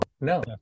no